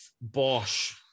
Bosch